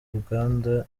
ruganda